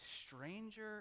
stranger